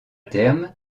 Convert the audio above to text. terme